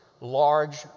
large